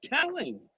telling